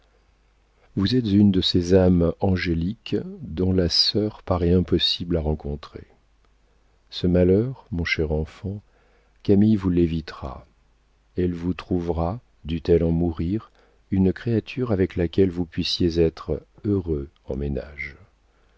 vous êtes une de ces âmes angéliques dont la sœur paraît impossible à rencontrer ce malheur mon cher enfant camille vous l'évitera elle vous trouvera dût-elle en mourir une créature avec laquelle vous puissiez être heureux en ménage